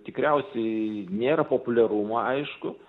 tikriausiai nėra populiarumo aišku